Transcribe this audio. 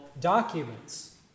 documents